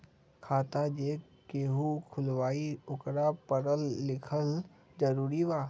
खाता जे केहु खुलवाई ओकरा परल लिखल जरूरी वा?